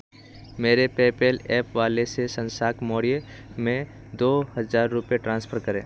मेरे PayPal app wallet से शशांक मौर्य में दो हज़ार रुपये ट्रांसफ़र करें